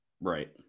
right